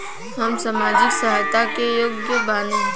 हम सामाजिक सहायता के योग्य बानी?